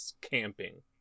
camping